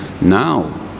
now